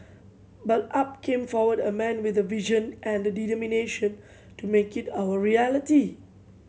but up came forward a man with a vision and the determination to make it our reality